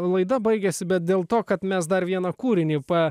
laida baigėsi bet dėl to kad mes dar vieną kūrinį pa